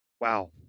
Wow